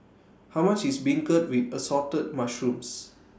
How much IS Beancurd with Assorted Mushrooms